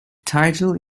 title